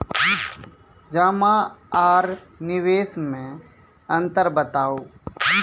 जमा आर निवेश मे अन्तर बताऊ?